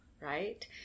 right